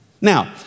Now